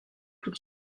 tout